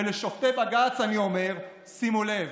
ולשופטי בג"ץ אני אומר: שימו לב,